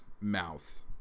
mouth